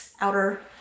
outer